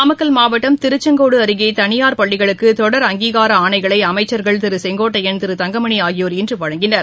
நாமக்கல் மாவட்டம் திருச்செங்கோடு அருகே தனியார் பள்ளிகளுக்கு தொடர் அங்கீகார ஆணைகளை அமைச்சர்கள் திரு செங்கோட்டையன் திரு தங்கமணி ஆகியோர் இன்று வழங்கினர்